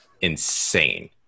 insane